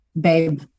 babe